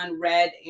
red